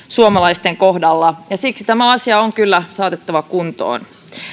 suomalaisten kohdalla ja siksi tämä asia on kyllä saatettava kuntoon